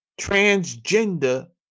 Transgender